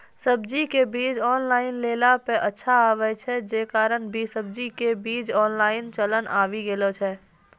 सब्जी के बीज ऑनलाइन लेला पे अच्छा आवे छै, जे कारण सब्जी के बीज ऑनलाइन चलन आवी गेलौ छै?